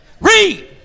Read